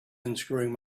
unscrewing